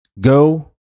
go